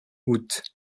aout